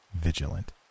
vigilant